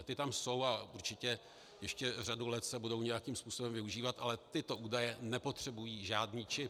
Ty tam jsou a určitě ještě řadu let se budou nějakým způsobem využívat, ale tyto údaje nepotřebují žádný čip.